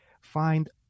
find